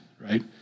right